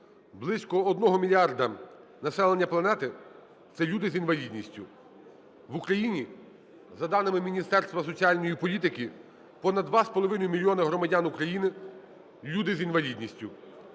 Близько 1 мільярда населення планети це люди з інвалідністю. В Україні за даними Міністерства соціальної політики понад 2,5 мільйона громадян люди з інвалідністю.